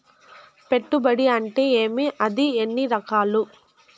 పెట్టుబడి అంటే ఏమి అది ఎన్ని రకాలు